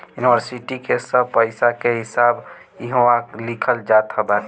इन्वरसिटी के सब पईसा के हिसाब इहवा लिखल जात बाटे